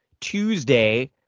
Tuesday